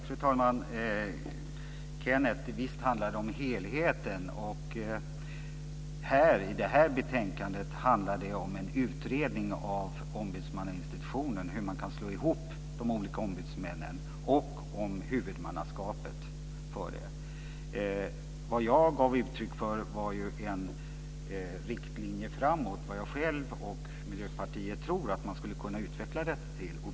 Fru talman! Visst handlar det om helheten, Kenneth Kvist. I det här betänkandet handlar det om en utredning av ombudsmannainstitutionen, av hur man kan slå ihop de olika ombudsmännen, och om huvudmannaskapet. Vad jag gav uttryck för var en riktlinje framåt, vad jag själv och Miljöpartiet tror att man skulle kunna utveckla det till.